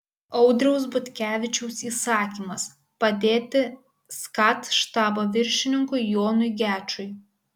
audriaus butkevičiaus įsakymas padėti skat štabo viršininkui jonui gečui